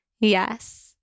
Yes